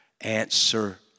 answer